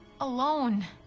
alone